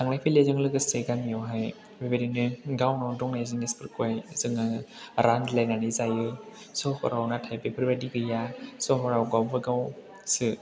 थांलाय फैलायजों लोगोसे गामिआवहाय बेबायदिनो गावनाव थानाय जिनिसफोरखौहाय जोङो रानलायनानै जायो सहराव नाथाय बेफोरबायदि गैया सहराव गावबागावसो